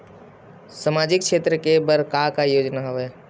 सामाजिक क्षेत्र के बर का का योजना हवय?